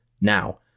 Now